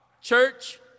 church